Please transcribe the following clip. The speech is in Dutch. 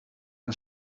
een